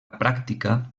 pràctica